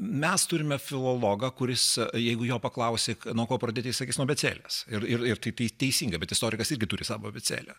mes turime filologą kuris jeigu jo paklausi nuo ko pradėti jis sakys nuo abėcėlės ir ir tai teisinga bet istorikas irgi turi savo abėcėlę